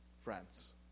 Friends